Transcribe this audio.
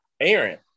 Aaron